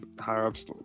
higher-ups